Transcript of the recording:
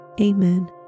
Amen